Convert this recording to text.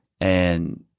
And-